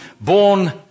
born